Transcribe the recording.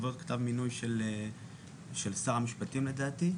בעקבות כתב מינוי של שר המשפטים לדעתי.